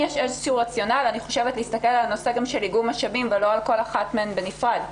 ישנו רציונל להסתכל על הנושא של איגום משאבים ולא על כל אחת מהן בנפרד.